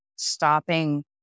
Stopping